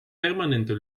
permanente